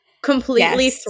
Completely